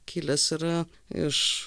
kilęs yra iš